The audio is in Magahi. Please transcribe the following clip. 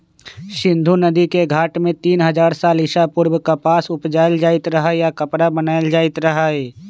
सिंधु नदिके घाट में तीन हजार साल ईसा पूर्व कपास उपजायल जाइत रहै आऽ कपरा बनाएल जाइत रहै